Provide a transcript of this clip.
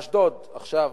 אשדוד, עכשיו